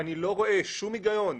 אני לא רואה שום היגיון.